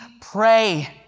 pray